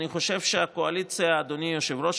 אדוני היושב-ראש,